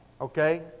okay